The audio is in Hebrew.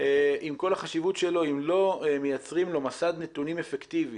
עם כל החשיבות שלו אם לא מייצרים לו מסד נתונים אפקטיבי